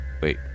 wait